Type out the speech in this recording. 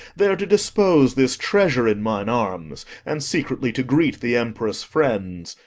there to dispose this treasure in mine arms, and secretly to greet the empress' friends.